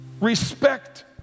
respect